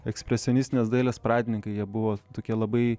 ekspresionistinės dailės pradininkai jie buvo tokie labai